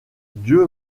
dieu